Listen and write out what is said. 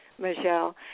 Michelle